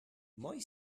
moj